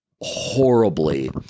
horribly